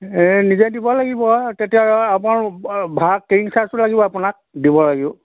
এই নিজে দিব লাগিব আৰু তেতিয়া আপোনাৰ ভাৰা কেৰিং চাৰ্জটো লাগিব আপোনাৰ দিব লাগিব